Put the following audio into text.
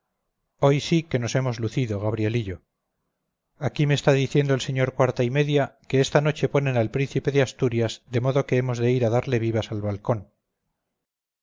hoy sí que nos hemos lucido gabrielillo aquí me está diciendo el sr cuarta y media que esta noche ponen al príncipe de asturias de modo que hemos de ir a darle vivas al balcón